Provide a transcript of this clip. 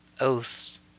Oaths